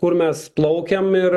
kur mes plaukiam ir